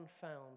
found